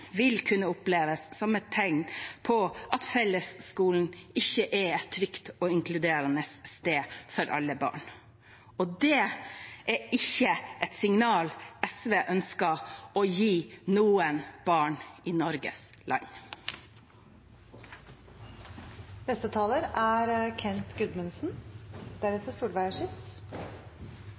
vil kunne oppleves som et tegn på at fellesskolen ikke er et trygt og inkluderende sted for alle barn, og det er ikke et signal SV ønsker å gi noen barn i Norges